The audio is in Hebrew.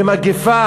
זה מגפה.